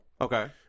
Okay